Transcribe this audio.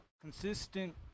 consistent